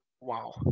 Wow